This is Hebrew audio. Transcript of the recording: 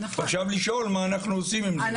ועכשיו לשאול מה אנחנו עושים את זה,